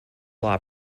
law